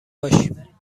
باشیم